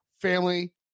family